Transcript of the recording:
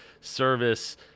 service